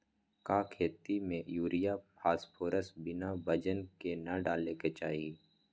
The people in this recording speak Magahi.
का खेती में यूरिया फास्फोरस बिना वजन के न डाले के चाहि?